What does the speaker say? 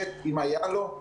אם היה לו,